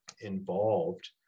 involved